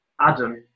Adam